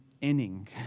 inning